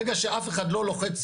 ברגע שאף אחד לא לוחץ,